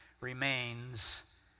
remains